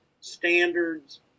standards